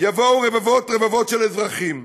יבואו רבבות-רבבות של אזרחים,